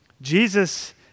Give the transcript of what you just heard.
Jesus